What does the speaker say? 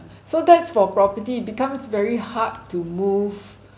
so that's for property it becomes very hard to move